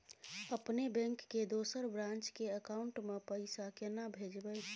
अपने बैंक के दोसर ब्रांच के अकाउंट म पैसा केना भेजबै?